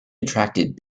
attracted